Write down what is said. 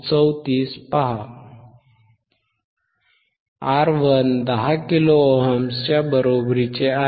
R1 10 किलो ohms च्या बरोबरीचे आहे